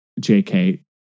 JK